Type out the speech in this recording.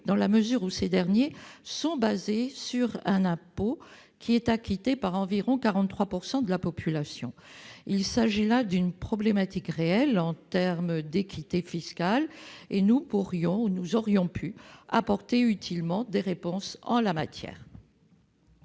dans la mesure où ces derniers sont fondés sur un impôt acquitté par environ 43 % de la population. Il s'agit d'une réelle problématique en termes d'équité fiscale. Nous aurions pu apporter utilement des réponses en la matière.